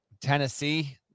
Tennessee